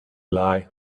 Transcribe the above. lie